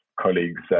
colleagues